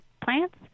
plants